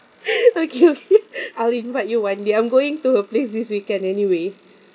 okay okay I'll invite you one day I'm going to her place this weekend anyway